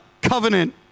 covenant